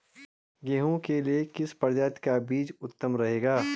गेहूँ के लिए किस प्रजाति का बीज उत्तम रहेगा?